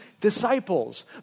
disciples